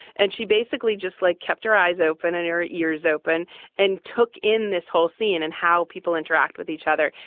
and she basically just like kept her eyes open and your ears open and took in this whole scene and how people interact with each other.